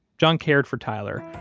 john cared for tyler,